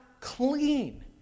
clean